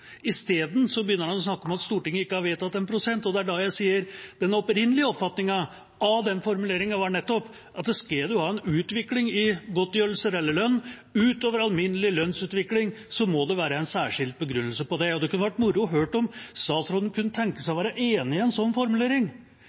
begynner han å snakke om at Stortinget ikke har vedtatt en prosentsats, og det er da jeg sier at den opprinnelige oppfatningen av den formuleringen var nettopp at skal en ha en utvikling i godtgjørelse eller lønn utover alminnelig lønnsutvikling, må det være en særskilt begrunnelse for det. Det kunne vært moro å høre om statsråden kunne tenke seg å være enig i en slik formulering.